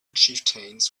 chieftains